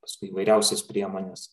paskui įvairiausias priemones